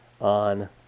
on